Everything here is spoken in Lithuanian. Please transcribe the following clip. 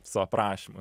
su aprašymu